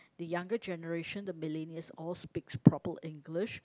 the younger generation the millennials all speaks proper English